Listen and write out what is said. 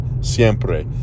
siempre